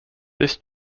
this